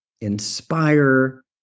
inspire